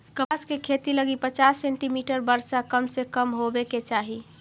कपास के खेती लगी पचास सेंटीमीटर वर्षा कम से कम होवे के चाही